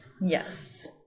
Yes